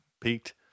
peaked